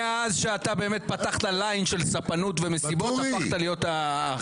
מאז שפתחת ליין של ספנות ומסיבות הפכת להיות החיים שלי.